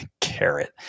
Carrot